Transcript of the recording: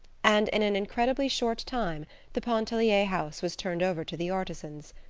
and in an incredibly short time the pontellier house was turned over to the artisans.